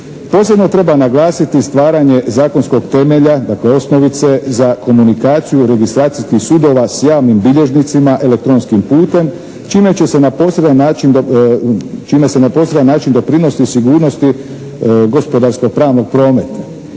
Posebno treba naglasiti stvaranje zakonskog temelja dakle osnovice za komunikaciju registracijskih sudova s javnim bilježnicima elektronskim putem čime će se na poseban način, čime se na poseban način doprinosi sigurnosti gospodarsko-pravnog prometa.